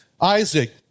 Isaac